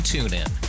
TuneIn